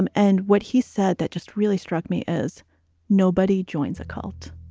um and what he said that just really struck me is nobody joins a cult.